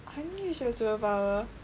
unusual super power